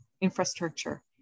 infrastructure